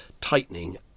tightening